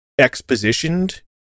expositioned